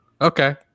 Okay